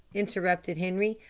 interrupted henri.